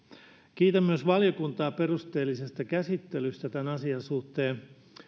kiitän myös valiokuntaa perusteellisesta käsittelystä tämän asian suhteen